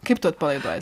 kaip tu atpalaiduoji